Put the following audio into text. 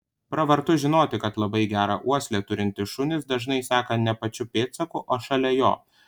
pravartu žinoti kad labai gerą uoslę turintys šunys dažnai seka ne pačiu pėdsaku o šalia jo